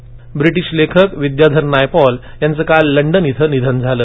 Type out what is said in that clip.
Naipaul British लेखक विद्याधर नायपॉल यांचं काल लंडन इथं निधन झालं